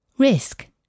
Risk